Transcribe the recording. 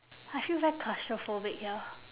I feel very claustrophobic here